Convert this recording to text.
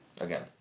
again